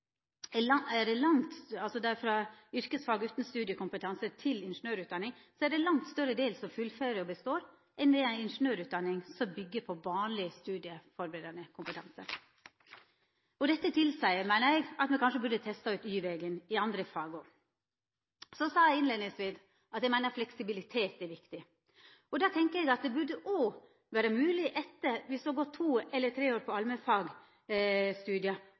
frå yrkesfag utan studiekompetanse til ingeniørutdanning, er det ein langt større del som fullfører og består, enn ved ei ingeniørutdanning, som byggjer på vanleg studieførebuande kompetanse. Dette tilseier, meiner eg, at ein kanskje burde testa ut Y-vegen i andre fag òg. Eg sa til å byrja med at eg meiner at fleksibilitet er viktig. Da tenkjer eg at det burde vera mogleg at dersom du har gått to eller tre år på